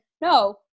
no